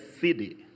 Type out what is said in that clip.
city